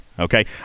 Okay